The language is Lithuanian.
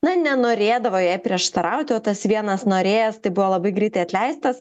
na nenorėdavo jai prieštarauti o tas vienas norėjęs tai buvo labai greitai atleistas